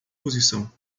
posição